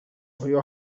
آیا